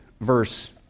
verse